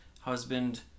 husband